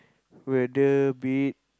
whether be it